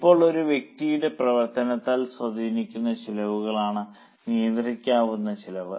ഇപ്പോൾ ഒരു പ്രത്യേക വ്യക്തിയുടെ പ്രവർത്തനത്താൽ സ്വാധീനിക്കാവുന്ന ചിലവുകളാണ് നിയന്ത്രിക്കാവുന്ന ചിലവ്